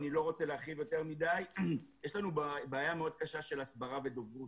אני לא רוצה להרחיב יותר מדי: יש לנו בעיה מאוד קשה של הסברה ודוברות.